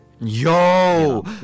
Yo